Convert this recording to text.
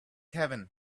heaven